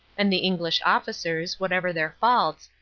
and the english officers, whatever their faults,